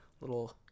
little